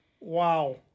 Wow